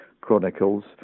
Chronicles